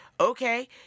okay